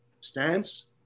stance